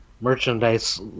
merchandise